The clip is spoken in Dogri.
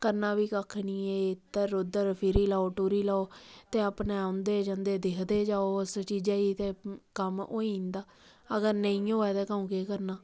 करना बी कक्ख नीं ऐ इद्धर उद्धर फिरी लाओ टुरी लैओ ते अपने आंदे जंदे दिक्खदे जाओ ते कम्म होई जंदा